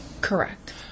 Correct